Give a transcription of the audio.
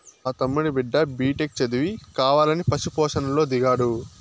మా తమ్ముడి బిడ్డ బిటెక్ చదివి కావాలని పశు పోషణలో దిగాడు